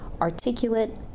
articulate